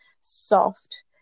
soft